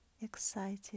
Excited